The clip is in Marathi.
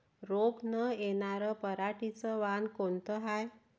रोग न येनार पराटीचं वान कोनतं हाये?